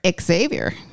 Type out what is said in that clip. xavier